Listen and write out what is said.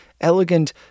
elegant